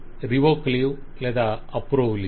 అవి revoke leave లేద approve leave